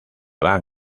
van